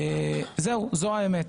זהו, זו האמת.